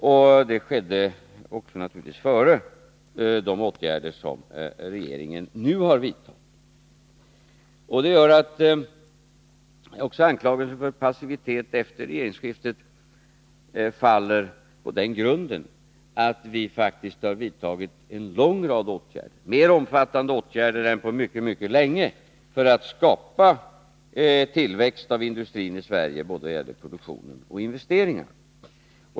Kritiken framfördes naturligtvis också före de åtgärder som regeringen nu har vidtagit. Det gör att anklagelser för passivitet efter regeringsskiftet faller på den grunden att vi faktiskt har vidtagit en lång rad åtgärder, som är mer omfattande än på mycket länge, för att skapa tillväxt i industrin i Sverige både när det gäller produktion och när det gäller investeringar.